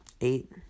eight